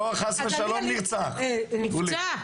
רק בשער המוגרבים, שזה שער --- מוסלמים.